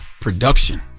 production